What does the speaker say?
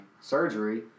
surgery